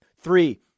Three